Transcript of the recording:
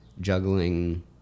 juggling